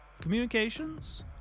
communications